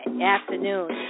afternoon